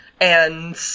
and-